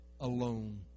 alone